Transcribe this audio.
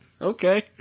okay